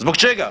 Zbog čega?